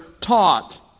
taught